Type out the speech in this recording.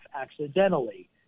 accidentally